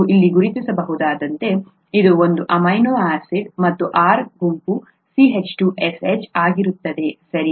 ನೀವು ಇಲ್ಲಿ ಗುರುತಿಸಬಹುದಾದಂತೆ ಇದು ಒಂದು ಅಮೈನೋ ಆಸಿಡ್ ಮತ್ತು R ಗುಂಪು CH2SH ಆಗಿರುತ್ತದೆ ಸರಿ